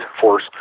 force